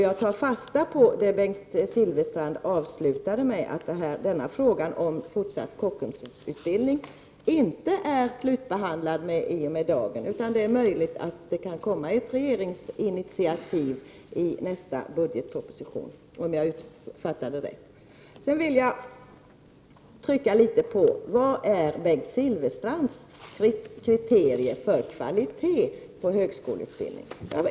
Jag tar fasta på det Bengt Silfverstrand avslutade med, att frågan om fortsatt Kockumsutbildning inte är slutbehandlad i och med dagen, utan att det är möjligt att det kan komma ett regeringsinitiativ i nästa års budgetproposition, om jag fattade det rätt. Sedan vill jag fråga: Vilka är Bengt Silfverstrands kriterier för kvalitet på högskoleutbildning?